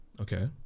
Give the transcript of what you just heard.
Okay